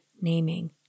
naming